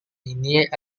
ini